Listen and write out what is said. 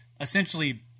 essentially